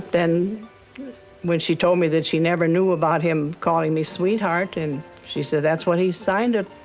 then when she told me that she never knew about him calling me sweetheart, and she said, that's what he signed it,